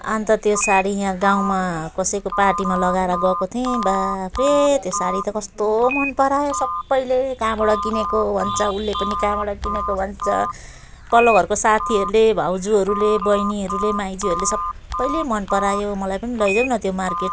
अन्त त्यो साडी यहाँ गाउँमा कसैको पार्टीमा लगाएर गएको थिएँ बाफ्रे त्यो साडी त कस्तो मन परायो सबले कहाँबाट किनेको भन्छ उसले पनि कहाँबाट किनेको भन्छ पल्लो घरको साथीहरूले भाउजूहरूले बहिनीहरूले माइज्यूहरूले सबले मन परायो मलाई पनि लैजाउन त्यो मार्केट